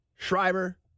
Schreiber